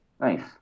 Nice